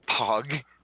Pog